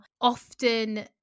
often